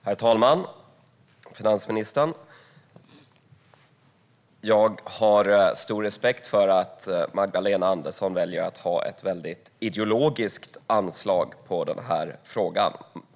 Herr talman! Finansministern! Jag har stor respekt för att Magdalena Andersson väljer att ha ett väldigt ideologiskt anslag i den här frågan.